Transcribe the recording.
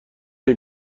این